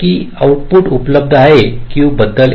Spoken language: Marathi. की आउटपुट उपलब्ध आहे Q बदल येथे